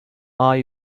are